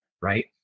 right